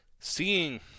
seeing